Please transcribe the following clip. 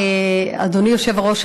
אדוני היושב-ראש,